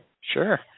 sure